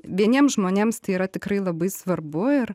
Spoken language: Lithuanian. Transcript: vieniems žmonėms tai yra tikrai labai svarbu ir